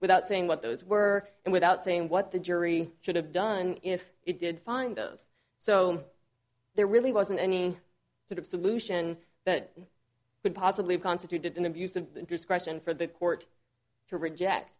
without saying what those were and without saying what the jury should have done if it did find those so there really wasn't any sort of solution that could possibly constituted an abuse of discretion for the court to reject